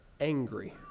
angry